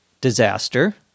disaster